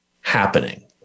happening